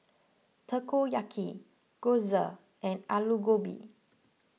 Takoyaki Gyoza and Alu Gobi